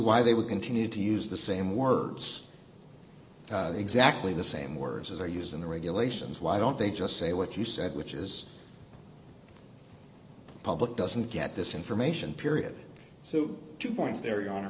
why they would continue to use the same words exactly the same words as they used in the regulations why don't they just say what you said which is public doesn't get this information period so two points